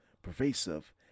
pervasive